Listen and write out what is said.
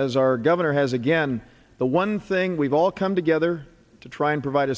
as our governor has again the one thing we've all come together to try and provide